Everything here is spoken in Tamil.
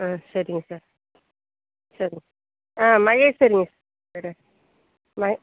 ஆ சரிங்க சார் சரிங்க ஆ மகேஸ்வரிங்க சார் என் பேர் மகேஸ்